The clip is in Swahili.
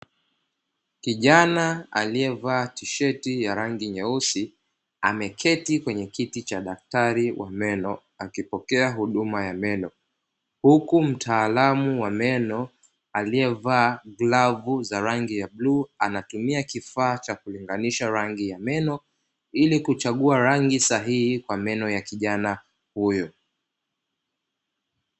Kijana aliyevaa tisheti ya rangi nyeusi ameketi kwenye kiti wa daktari wa meno akipokea huduma ya meno. Huku mtaalam wa meno yaliyevaa glavu za rangi ya buluu, anatumia kifaa cha kulinganiasha rangi ya meno ili kuchagua rangi sahii kwa meno ya kijana huyo.